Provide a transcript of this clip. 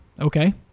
okay